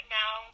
now